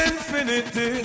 Infinity